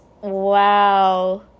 wow